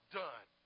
done